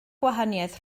gwahaniaeth